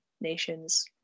nations